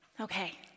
Okay